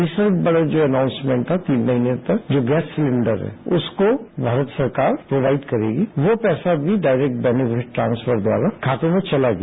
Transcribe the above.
तीसरा जो बड़ा एनाउंसमेंट था तीन महीने तक जो गैस सिलेण्डर उसको भारत सरकार प्रोवाइड करेगी वो पैसा भी डायरेक्ट वेनिफिट ट्रांस्फर द्वारा खातों में चला गया